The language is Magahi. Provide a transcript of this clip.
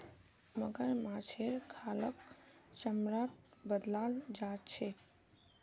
मगरमच्छेर खालक चमड़ात बदलाल जा छेक